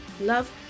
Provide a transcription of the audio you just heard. love